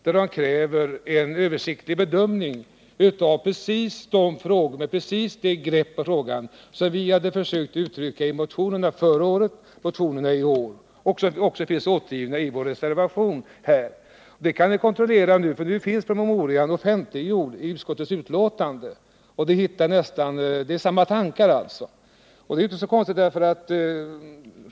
Där krävde de en översiktlig bedömning med precis det grepp på frågan som vi försökt uttrycka i motionerna förra året och i år och som också finns uttryckt i vår reservation nu. Det kan ni kontrollera, för nu finns promemorian offentliggjord i utskottsbetänkandet. Det är samma tankar där som vi fört fram. Och det är inte så konstigt.